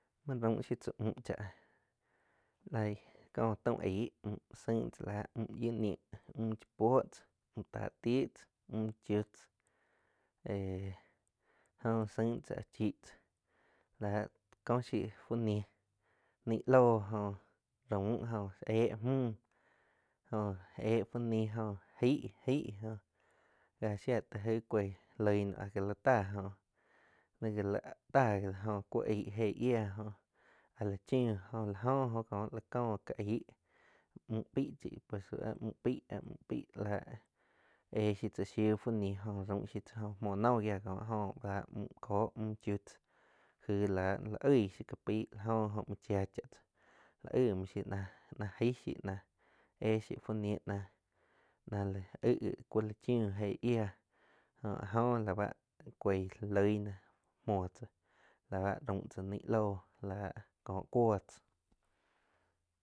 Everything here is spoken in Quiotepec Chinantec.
Mou raum shiu tzá uhm chah, laig kó taum aig uhm saing tzá lah uhm yiu níh, uin iah puo tzáh uhm táh ti chaá uin chiu tzá éh jóh zain tsáh áh chih láh kóh shiu fu nih naig loh jo raum éh müh jóh éh fu níh jo aig aig óh ga sia taig aig cuig loi naum áh jáh lá taá jóh al gáh la ta do gi óh ku aig je shiah jóh áh la chiu jo áh la jóh ko la cóh ká aig uhm peih chi pes ha uhm pei la éh shiu tzá shiu fu ní joh raum tzáh shiu tzá jo muo no giáh ko áh jó la uhm kóh uin chiu tzáh gí lah la oig gi shiu ka pai jla jo oh muoh chia cha tzá la oig nui shiu ná eig shiu, éh shiu fu ní nah li aeig gíh ku la chiuh jé yiáh jo áh jo la cuoig loig náh muoh tzá la ba raum tzá ni loh láh kóo cuo tzá.